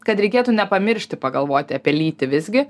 kad reikėtų nepamiršti pagalvoti apie lytį visgi